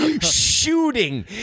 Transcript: shooting